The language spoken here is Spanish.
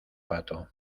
pato